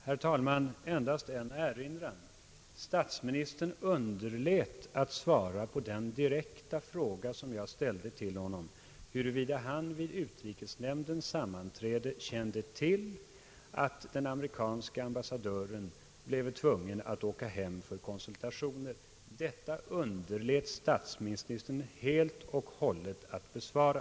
Herr talman! Endast en erinran. Statsministern underlät att svara på den direkta fråga jag ställde till honom, huruvida han vid utrikesnämndens sammanträde kände till att den amerikanske ambassadören bleve tvungen att åka hem för konsultationer. Den frågan underlät statsministern helt och hållet att besvara.